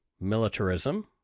militarism